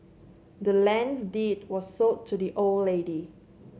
the land's deed was sold to the old lady